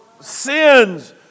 sins